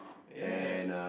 ya